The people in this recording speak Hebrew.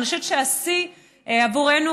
ואני חושבת שהשיא עבורנו,